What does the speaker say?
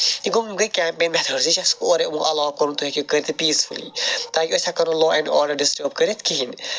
یہِ گوٚو یِم گے کیٚمپیٚن میٚتھٲڈس یہِ چھُ اَسہِ اورے یمو ایٚلو کوٚرمُت تُہۍ ہیٚکِو یہِ کٔرِتھ پیٖسفُلی أسۍ ہیٚکو نہٕ لا ایٚنٛڈ آرڈر ڈِسٹرب کٔرِتھ کِہیٖنۍ